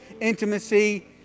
intimacy